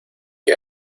que